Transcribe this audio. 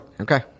Okay